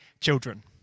children